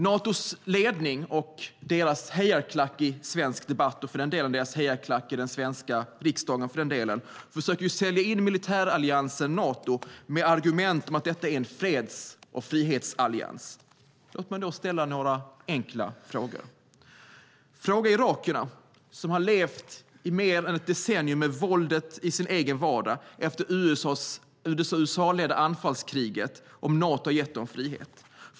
Natos ledning och deras hejaklack i svensk debatt och i den svenska riksdagen försöker sälja in militäralliansen Nato med argumentet att det är en freds och frihetsallians. Låt mig ställa några enkla frågor. Fråga irakierna som har levt i mer än ett decennium med våldet i sin vardag under det USA-ledda anfallskriget om Nato har gett dem frihet.